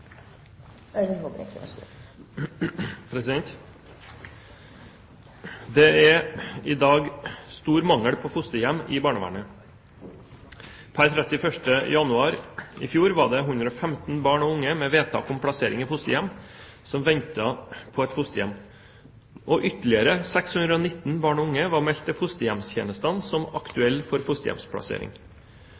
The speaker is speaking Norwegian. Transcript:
i rapporten, og så vil Regjeringen komme tilbake til Stortinget med saken. «Det er i dag stor mangel på fosterhjem i barnevernet. Per 31. januar i fjor var det 115 barn og unge med vedtak om plassering i fosterhjem som ventet på et fosterhjem, og ytterligere 619 barn og unge var meldt til fosterhjemstjenestene som aktuelle for fosterhjemsplassering.